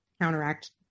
counteract